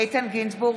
איתן גינזבורג,